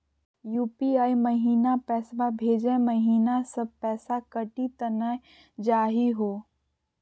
UPI महिना पैसवा भेजै महिना सब पैसवा कटी त नै जाही हो?